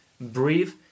breathe